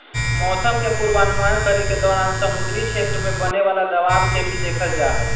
मौसम के पूर्वानुमान करे के दौरान समुद्री क्षेत्र में बने वाला दबाव के भी देखल जाहई